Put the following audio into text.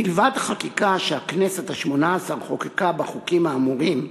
מלבד חקיקה שהכנסת השמונה-עשרה חוקקה בנושאים האמורים,